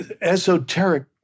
Esoteric